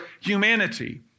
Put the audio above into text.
humanity